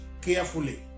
carefully